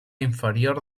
inferior